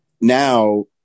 Now